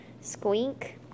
squeak